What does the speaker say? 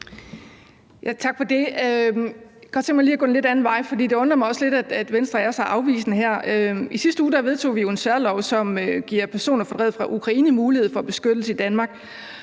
Tak for det. Jeg kunne godt tænke mig lige at gå en lidt anden vej, for det undrer mig også lidt, at Venstre er så afvisende her. I sidste uge vedtog vi jo en særlov, som giver personer fra Ukraine mulighed for beskyttelse i Danmark,